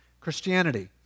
Christianity